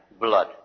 blood